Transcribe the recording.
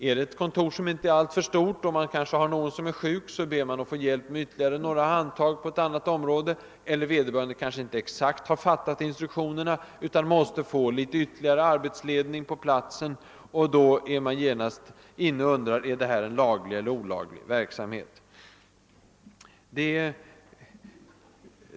Om kontoret inte är alltför stort och man kanske har någon som är sjuk, ber man att få hjälp med ytterligare något handtag på ett annat område, eller om vederbörande inte exakt har fattat instruktionerna utan måste få ytterligare arbets'edning på platsen, då vet man inte längre om detta är en laglig eiler olaglig verksamhet.